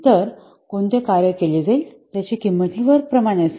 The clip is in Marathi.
तर कोणते कार्य केले जाईल ज्याची किंमत हि वर्क प्रमाणे असेल